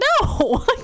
No